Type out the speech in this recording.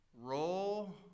roll